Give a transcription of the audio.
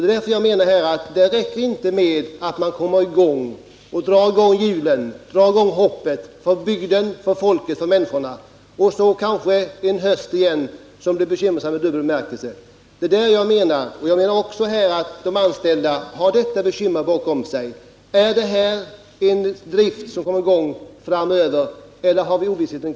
Det är därför jag menar att det inte räcker att komma i gång, dra i gång hjulen, väcka hoppet för bygden och människorna och sedan kanske få uppleva en höst igen som blir bekymmersam i dubbel bemärkelse. Jag anser att de anställda behöver få visshet om att verksamheten skall fortsätta.